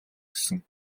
гэсэн